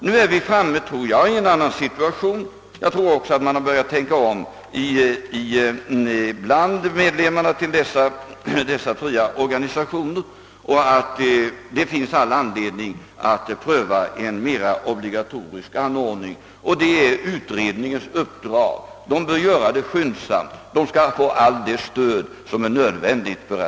Nu är vi framme i en annan situation, och jag tror att man har börjat tänka om också bland medlemmarna i dessa fria organisationer och att det finns all anledning att pröva en obligatorisk anordning. Detta är utredningens uppdrag. Den bör arbeta skyndsamt och den skall få allt det stöd som är nödvändigt.